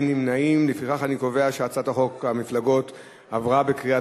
הצעת חוק המפלגות (תיקון,